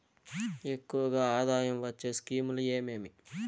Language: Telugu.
ఎక్కువగా ఆదాయం వచ్చే స్కీమ్ లు ఏమేమీ?